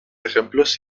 ejemplos